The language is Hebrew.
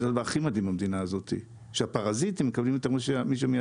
זה הדבר הכי מדהים במדינה הזו - שהפרזיטים מקבלים יותר ממי שמייצר.